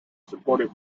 supported